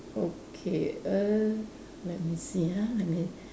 okay err let me see ah let me